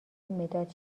مداد